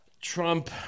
Trump